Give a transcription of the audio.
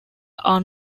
are